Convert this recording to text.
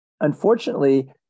unfortunately